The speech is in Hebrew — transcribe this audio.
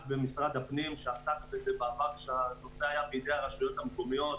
במשרד הפנים שעסק בזה בעבר כשהנושא היה בידי הרשויות המקומיות,